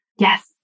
Yes